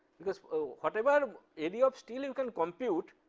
because whatever area of steel you can compute,